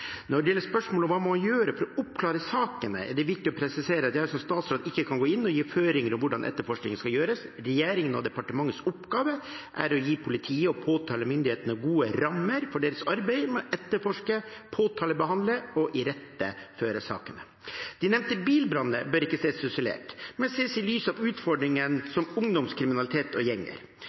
Når det gjelder spørsmålet om hva man må gjøre for å oppklare sakene, er det viktig å presisere at jeg som statsråd ikke kan gå inn og gi føringer for hvordan etterforskningen skal gjøres. Regjeringen og departementets oppgave er å gi politiet og påtalemyndighetene gode rammer for deres arbeid med å etterforske, påtalebehandle og iretteføre sakene. De nevnte bilbrannene bør ikke ses isolert, men i lys av utfordringer som ungdomskriminalitet og gjenger.